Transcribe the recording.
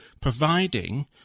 providing